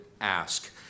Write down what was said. ask